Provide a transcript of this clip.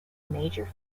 major